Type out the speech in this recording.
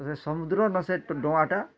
ସେ ସମୁଦ୍ର ନୁ ସେ ଡ଼ଙ୍ଗାଟା